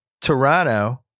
Toronto